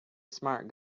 smart